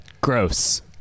Gross